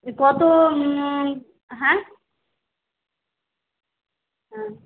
কত হ্যাঁ হ্যাঁ